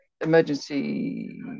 emergency